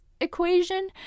equation